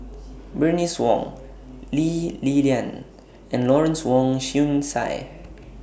Bernice Wong Lee Li Lian and Lawrence Wong Shyun Tsai